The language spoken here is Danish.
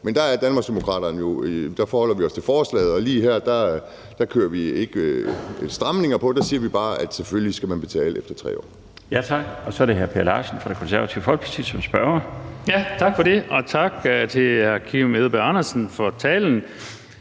Danmarksdemokraterne os jo til forslaget, og lige her kører vi ikke stramninger på, men siger bare, at man selvfølgelig skal betale efter 3 år.